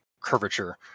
curvature